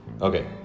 Okay